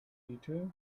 peter